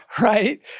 right